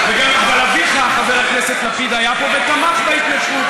אבל אביך, חבר הכנסת לפיד, היה פה ותמך בהתנתקות.